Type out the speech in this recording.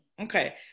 Okay